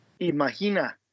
Imagina